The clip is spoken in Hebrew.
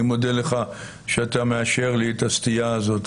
אני מודה לך שאתה מאשר לי את הסטייה הזאת,